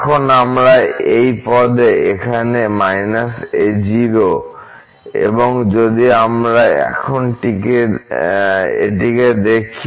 এখন আমরা এই পদে এখানে a0 এবং যদি আমরা এখন এটিকে দেখি